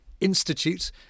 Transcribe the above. Institute